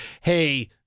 hey